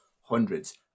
hundreds